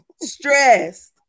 Stress